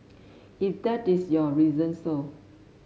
if that is your reason so